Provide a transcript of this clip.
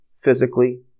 physically